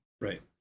right